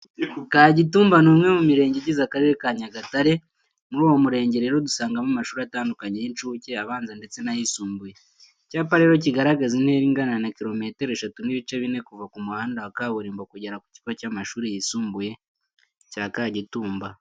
Kagitumba ni umwe mu mirenge igize Akarere ka Nyagatare. Muri uwo murenge rero dusangamo amashuri atandukanye y'incuke, abanza ndetse n'ayisumbuye. Icyapa rero kigaragaza intera ingana na kilometero eshatu n'ibice bine kuva ku muhanda wa kaburimbo kugera ku kigo cy'amashuri yisumbuye cya Kagitumba.